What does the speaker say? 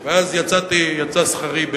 יקירתי.